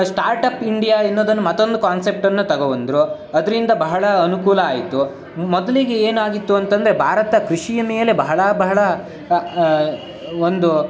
startup India ಎನ್ನೋದೊಂದು ಮತ್ತೊಂದು ಕಾನ್ಸೆಪ್ಟನ್ನು ತೊಗೊಬಂದ್ರು ಅದರಿಂದ ಬಹಳ ಅನುಕೂಲ ಆಯಿತು ಮೊದಲಿಗೆ ಏನಾಗಿತ್ತು ಅಂತಂದರೆ ಭಾರತ ಕೃಷಿಯ ಮೇಲೆ ಬಹಳ ಬಹಳ ಒಂದು